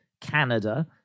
Canada